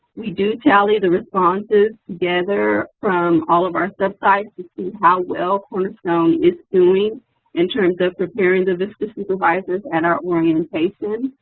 we do tally the responses together from all of our sub-sites to see how well cornerstone is doing in terms of preparing the vista supervisors at and our orientations,